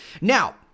Now